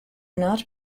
not